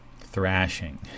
Thrashing